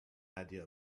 idea